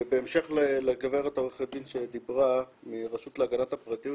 ובהמשך לעורכת הדין מהרשות להגנת הפרטיות שדיברה,